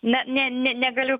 na ne ne negaliu